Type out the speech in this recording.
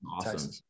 awesome